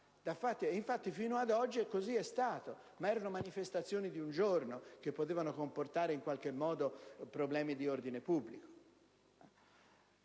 infatti fino ad oggi così è stato, ma erano manifestazioni di un giorno che potevano comportare in qualche modo problemi di ordine pubblico.